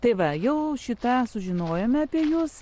tai va jau šį tą sužinojome apie jus